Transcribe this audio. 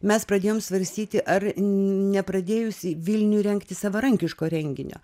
mes pradėjom svarstyti ar nepradėjus vilniui rengti savarankiško renginio